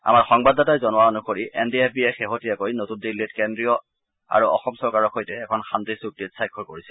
আমাৰ সংবাদদাতাই জনোৱা অনুসৰি এনডিএফবিয়ে শেহতীয়াকৈ নতুন দিল্লীত কেন্দ্ৰীয় আৰু অসম চৰকাৰৰ সৈতে এখন শান্তি চূক্তিত স্বাক্ষৰ কৰিছিল